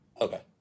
Okay